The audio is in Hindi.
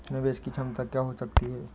निवेश की क्षमता क्या हो सकती है?